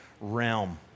realm